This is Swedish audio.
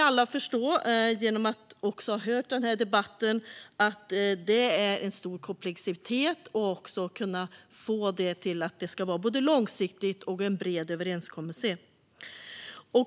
Alla som har hört den här debatten kan ju förstå att det är en stor komplexitet i att nå en både långsiktig och bred överenskommelse.